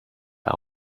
are